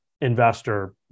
investor